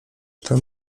tam